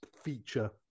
feature